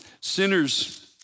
sinners